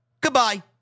Goodbye